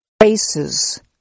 faces